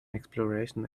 exploration